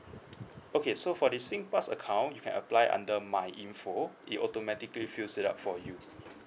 okay so for the singpass account you can apply under my info it automatically fills it up for you